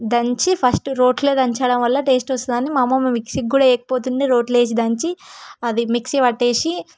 దంచి ఫస్ట్ రోట్లో దంచడం వల్ల టేస్ట్ వస్తుందని మా అమ్మమ్మ మిక్సీకి కూడా వేయకపోతుండేది రోట్లో వేసి దంచి అది మిక్సీ పట్టేసి